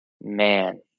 man